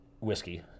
whiskey